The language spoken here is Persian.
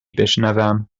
بشنوم